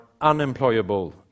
unemployable